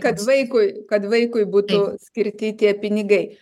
kad vaikui kad vaikui būtų skirti tie pinigai